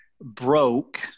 broke